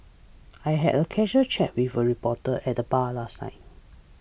I had a casual chat with a reporter at the bar last night